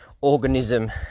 organism